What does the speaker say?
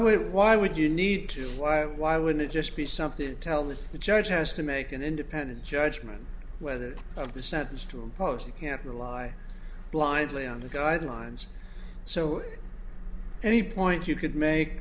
would why would you need to lie why wouldn't it just be something to tell the judge has to make an independent judgment whether of the sentence to impose you can't rely blindly on the guidelines so any point you could make